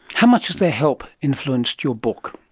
how much has their help influenced your book?